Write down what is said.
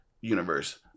universe